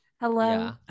hello